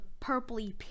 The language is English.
purpley